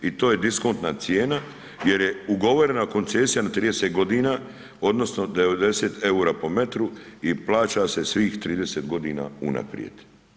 I to je diskontna cijena jer je ugovorena koncesija na 30 godina, odnosno 90 eura po metru i plaća se svih 30 godina unaprijed.